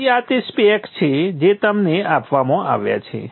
તેથી આ તે સ્પેક્સ છે જે તમને આપવામાં આવ્યા છે